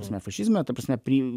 ta prasme fašizme ta prasme pri